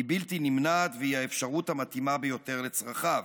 היא בלתי נמנעת והיא האפשרות המתאימה ביותר לצרכיו.